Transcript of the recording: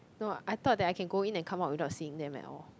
no I thought that I can go in and come out without seeing them at all